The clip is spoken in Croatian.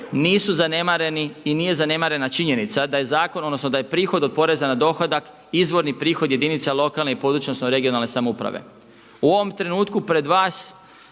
nisu zanemareni i nije zanemarena činjenica da je zakon, odnosno da je prihod od poreza na dohodak izvorni prihod jedinica lokalne i područne, odnosno regionalne samouprave. U ovom trenutku pred